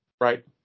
Right